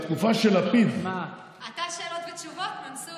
באמת בתקופה של לפיד, אתה בשאלות ותשובות, מנסור?